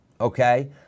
Okay